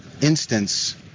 instance